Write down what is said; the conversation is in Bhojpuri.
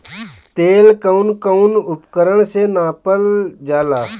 तेल कउन कउन उपकरण से नापल जाला?